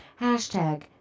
Hashtag